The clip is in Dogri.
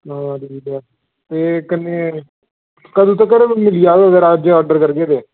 ते कन्नै कदूं तगर मिली जाह्ग जेकर अज्ज ऑर्डर करगे